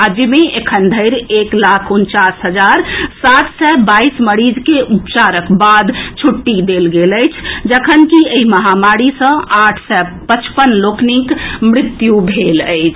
राज्य मे एखन धरि एक लाख उनचास हजार सात सय बाईस मरीज के उपचारक बाद छुट्टी देल गेल अछि जखनकि एहि महामारी सँ आठ सय पचपन लोकनिक मृत्यु भेल अछि